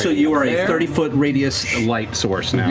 you are a thirty foot radius light source now.